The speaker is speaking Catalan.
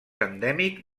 endèmic